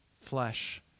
flesh